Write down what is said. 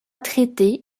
traité